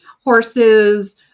horses